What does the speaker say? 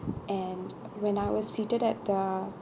and when I was seated at the